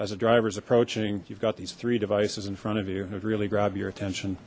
as a drivers approaching you've got these three devices in front of you have really grabbed your attention